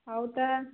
ଆଉ ତା